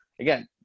again